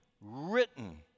written